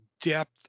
depth